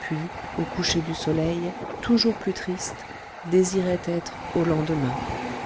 puis au coucher du soleil toujours plus triste désirait être au lendemain